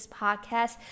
podcast